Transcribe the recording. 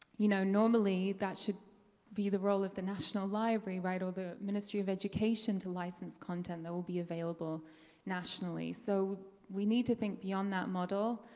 you know, normally that should be the role of the national library, right although ministry of education to license content, that will be available nationally. so, we need to think beyond that model.